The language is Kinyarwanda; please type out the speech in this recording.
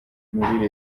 muri